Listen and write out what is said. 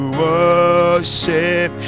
worship